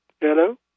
Hello